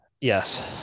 Yes